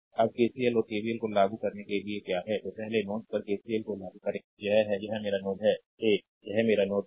अब केसीएल और केवीएल को लागू करने के लिए क्या है तो पहले नोड पर केसीएल को लागू करें यह है यह मेरा नोड है ए यह है मेरा नोड ए